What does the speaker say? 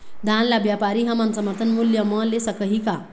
धान ला व्यापारी हमन समर्थन मूल्य म ले सकही का?